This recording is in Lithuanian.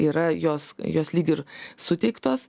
yra jos jos lyg ir suteiktos